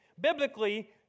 biblically